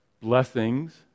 blessings